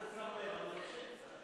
חברי הכנסת,